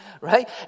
right